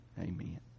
Amen